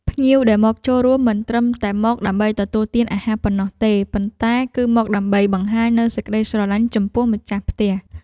ភ្ញៀវដែលមកចូលរួមមិនត្រឹមតែមកដើម្បីទទួលទានអាហារប៉ុណ្ណោះទេ ប៉ុន្តែគឺមកដើម្បីបង្ហាញនូវសេចក្តីស្រឡាញ់ចំពោះម្ចាស់ផ្ទះ។